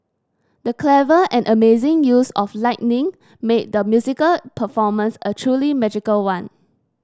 the clever and amazing use of lightning made the musical performance a truly magical one